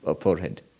forehead